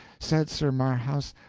said sir marhaus,